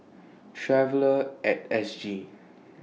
Traveller At S G